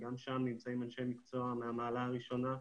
שגם שם נמצאים אנשי מקצוע מהמעלה הראשונה,